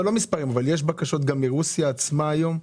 לא מספרים, אבל יש בקשות גם מרוסיה עצמה היום?